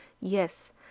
Yes